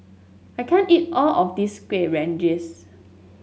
I can't eat all of this Kuih Rengas